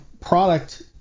product